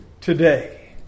today